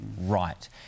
Right